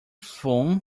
foam